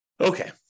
Okay